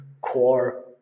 core